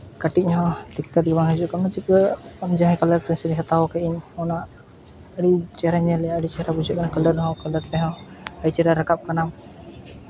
ᱠᱟᱹᱴᱤᱡ ᱦᱚᱸ ᱫᱤᱠᱠᱟᱛ ᱜᱮ ᱵᱟᱝ ᱦᱤᱡᱩᱜ ᱠᱟᱱᱟ ᱪᱤᱠᱟᱹ ᱠᱟᱞᱟᱨ ᱯᱮᱱᱥᱤᱞ ᱤᱧ ᱦᱟᱛᱟᱣ ᱟᱠᱟᱫ ᱟᱹᱧ ᱚᱱᱟ ᱟᱹᱰᱤ ᱪᱮᱦᱨᱟᱧ ᱧᱮᱞᱮᱫᱼᱟ ᱟᱹᱰᱤ ᱪᱮᱦᱨᱟ ᱵᱩᱡᱷᱟᱹᱜᱼᱟ ᱠᱟᱱᱟ ᱠᱟᱞᱟᱨ ᱦᱚᱸ ᱠᱟᱞᱟᱨ ᱛᱮᱦᱚᱸ ᱟᱹᱰᱤ ᱪᱮᱦᱨᱟ ᱨᱟᱠᱟᱵ ᱠᱟᱱᱟ